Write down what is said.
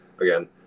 again